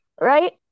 Right